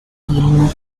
film